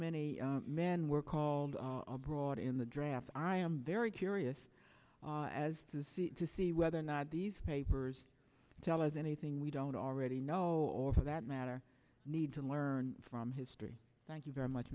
many men were called abroad in the draft i am very curious as to see to see whether or not these papers tell us anything we don't already know or for that matter need to learn from history thank you very much